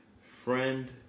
friend